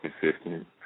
consistent